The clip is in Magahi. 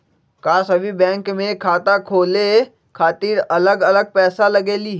का सभी बैंक में खाता खोले खातीर अलग अलग पैसा लगेलि?